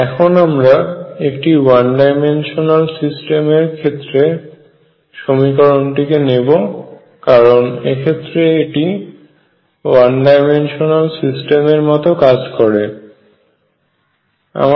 এখন আমরা একটি ওয়ান ডাইমেনশনাল সিস্টেম এর ক্ষেত্রে সমীকরণটিকে নেব কারণ এক্ষেত্রে এটি ওয়ান ডাইমেনশনাল সিস্টেম এর মত কাজ করবে